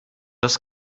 das